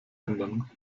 ändern